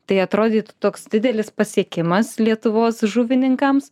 tai atrodytų toks didelis pasiekimas lietuvos žuvininkams